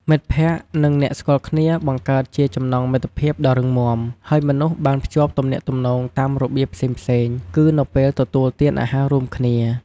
មិត្តភ័ក្តិ និងអ្នកស្គាល់គ្នាបង្កើតជាចំណងមិត្តភាពដ៏រឹងមាំ ហើយមនុស្សបានភ្ជាប់ទំនាក់ទំនងតាមរបៀបផ្សេងៗគឺនៅពេលទទួលទានអាហាររួមគ្នា។